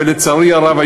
ולצערי הרב,